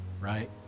right